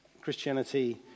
Christianity